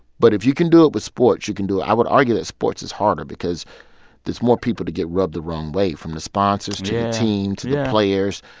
but if you can do it with sports, you can do it i would argue that sports is harder because there's more people to get rubbed the wrong way, from the sponsors to the team to the players.